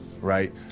right